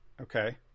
Okay